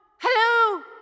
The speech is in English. Hello